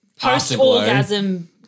post-orgasm